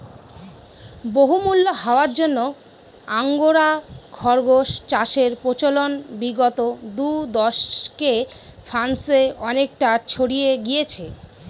বহুমূল্য হওয়ার জন্য আঙ্গোরা খরগোস চাষের প্রচলন বিগত দু দশকে ফ্রান্সে অনেকটা ছড়িয়ে গিয়েছে